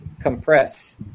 compress